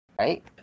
Right